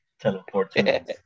Teleporting